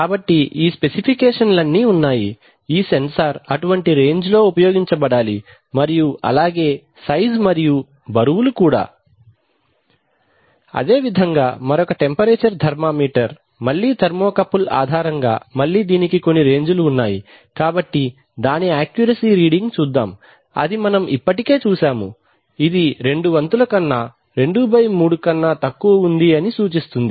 కాబట్టి ఈ స్పెసిఫికేషన్లన్నీ ఉన్నాయి ఈ సెన్సార్ అటువంటి రేంజ్ లో ఉపయోగించబడాలి మరియు అలాగే సైజ్ మరియు బరువులు కూడా అదేవిధంగా మరొక టెంపరేచర్ థర్మామీటర్ మళ్ళీ థర్మోకపుల్ ఆధారంగా మళ్ళీ దీనికి కొన్ని రేంజ్ లు ఉన్నాయి కాబట్టి దాని యాక్యూరసీ రీడింగ్ చూద్దాం అది మనం ఇప్పటికే చూశాము ఇది రెండు వంతుల కన్నా23 కన్నా తక్కువ వుంది అని సూచిస్తుంది